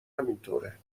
همینطوره